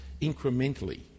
incrementally